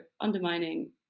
undermining